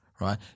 Right